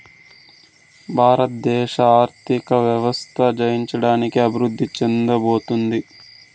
భారతదేశ ఆర్థిక వ్యవస్థ జయించడానికి అభివృద్ధి చెందుతోంది